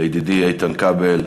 לידידי איתן כבל,